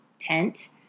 tent